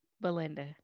Belinda